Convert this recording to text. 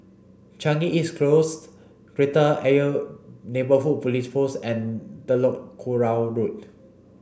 Changi East Close Kreta Ayer Neighbourhood Police Post and Telok Kurau Road